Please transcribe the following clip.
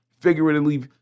figuratively